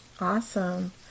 Awesome